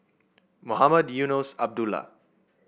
Mohamed Eunos Abdullah